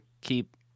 keep